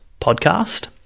podcast